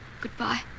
Goodbye